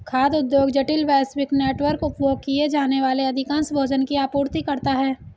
खाद्य उद्योग जटिल, वैश्विक नेटवर्क, उपभोग किए जाने वाले अधिकांश भोजन की आपूर्ति करता है